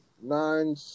nine